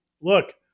Look